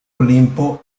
olimpo